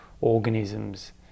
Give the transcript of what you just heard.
organisms